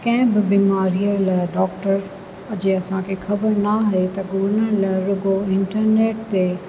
कंहिं बि बीमारीअ लाइ डॉक्टर जे असांखे ख़बरु नाहे त ॻोल्हण लाइ रुॻो इंटरनेट ते